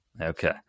Okay